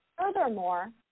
furthermore